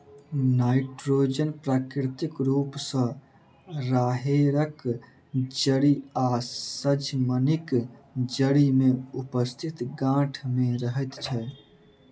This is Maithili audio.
नाइट्रोजन प्राकृतिक रूप सॅ राहैड़क जड़ि आ सजमनिक जड़ि मे उपस्थित गाँठ मे रहैत छै